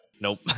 Nope